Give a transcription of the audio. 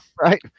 Right